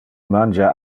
mangia